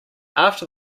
after